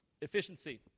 efficiency